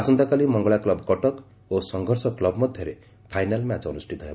ଆସନ୍ତାକାଲି ମଙ୍ଗଳା କୁବ କଟକ ଓ ସଂଘର୍ଷ କୁବ ମଧ୍ଧରେ ଫାଇନାଲ ମ୍ୟାଚ୍ ଅନୁଷ୍ଷିତ ହେବ